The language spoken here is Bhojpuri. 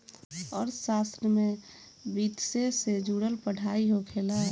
अर्थशास्त्र में वित्तसे से जुड़ल पढ़ाई होखेला